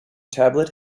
tablet